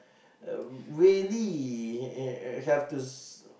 uh really uh uh okay I have to